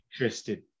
interested